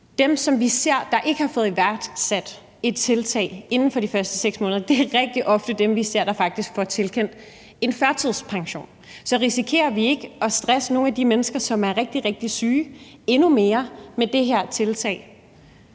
vi ser ikke har fået iværksat et tiltag inden for de første 6 måneder, er rigtig ofte dem, vi ser faktisk får tilkendt en førtidspension. Så risikerer vi ikke at stresse nogle af de mennesker, som er rigtig, rigtig syge, endnu mere med det her tiltag?